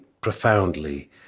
profoundly